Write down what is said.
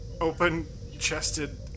open-chested